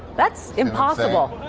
that's impossible.